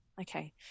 Okay